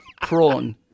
Prawn